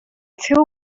two